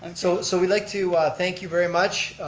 and so so we'd like to thank you very much.